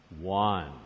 one